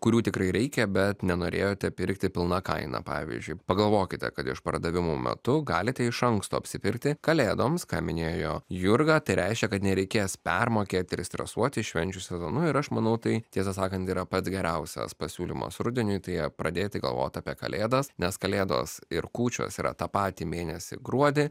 kurių tikrai reikia bet nenorėjote pirkti pilna kaina pavyzdžiui pagalvokite kad išpardavimų metu galite iš anksto apsipirkti kalėdoms ką minėjo jurga tai reiškia kad nereikės permokėti ir stresuoti švenčių sezonu ir aš manau tai tiesą sakant yra pats geriausias pasiūlymas rudeniui tai pradėti galvoti apie kalėdas nes kalėdos ir kūčios yra tą patį mėnesį gruodį